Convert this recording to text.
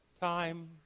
time